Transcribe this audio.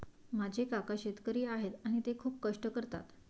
माझे काका शेतकरी आहेत आणि ते खूप कष्ट करतात